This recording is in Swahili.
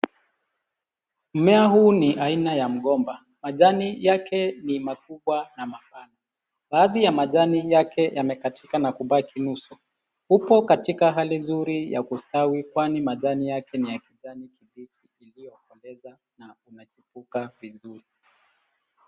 Mmea huu ni aina ya mgomba. Majani yake ni makubwa na mapana. Baadhi ya majani yake yamekatika na kubaki nusu. Upo katika hali nzuri ya kustawi kwani majani yake ni ya kijani kibichi iliyokoleza na umechipuka vizuri.